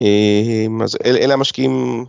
אה... אז אלה אלה המשקיעים...